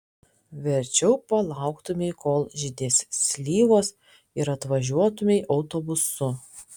verčiau palauktumei kol žydės slyvos ir atvažiuotumei autobusu